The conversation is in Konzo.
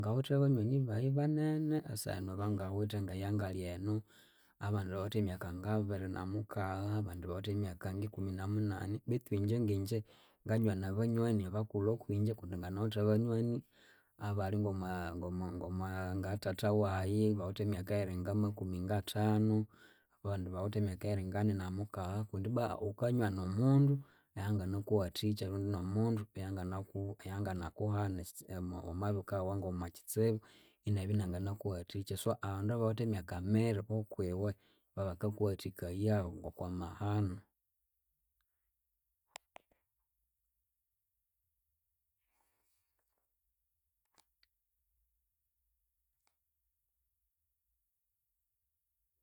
Ngawithe banyonyi bayi banene. Esahenu bangawithe ngeyangali enu abandi bawithe emyaka ngabiri namukagha abandi bawithe emyaka ngikumi na mukagha betu ingye ngigye nganwana abanywani bakulhu okwingye kundi nganawithe abanywani ngomwa ngathatha wayi bawithe emyaka eyiri ngamakumi ngathanu, abandi bawithe emyaka yiringani na mukagha kundi ibwa wukanywana omundu ayangana kuwathikya rundi nomundu ayanganaku ayangana kuhana wamabya iwukayawa ngomwakyitsibu inabya inanganakuwathikya. So abandu abawithe emyaka miri okwiwe babakakuwathikaya okwamahanu